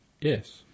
Yes